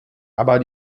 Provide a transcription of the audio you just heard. aber